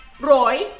Roy